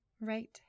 right